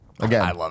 Again